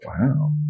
Wow